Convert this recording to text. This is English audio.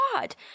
God